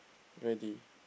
ready